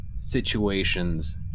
situations